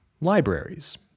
libraries